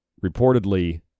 reportedly